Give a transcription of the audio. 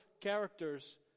characters